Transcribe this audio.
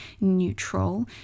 neutral